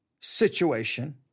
situation